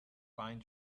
pine